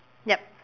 yup